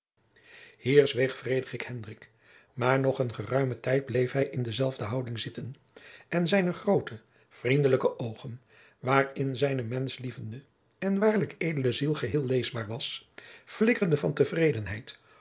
hier zweeg frederik hendrik maar nog een geruimen tijd bleef hij in dezelfde houding zitten en zijne groote vriendelijke oogen waarin zijne menschlievende en waarlijk edele ziel geheel leesbaar was flikkerden van tevredenheid